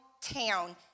Town